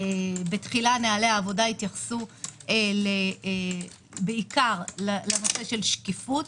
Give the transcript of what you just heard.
בתחילה נהלי העבודה התייחסו בעיקר לנושא של שקיפות,